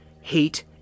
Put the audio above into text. hate